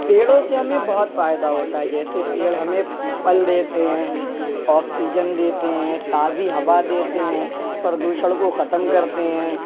پیڑوں سے ہمیں بہت فائدہ ہوتا جیسے پیڑ ہمیں پھل دیتے ہیں آکسیجن دیتے ہیں تازی ہوا دیتے ہیں پردوشن کو ختم کرتے ہیں